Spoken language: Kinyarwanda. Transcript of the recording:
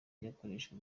n’ikoreshwa